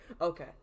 Okay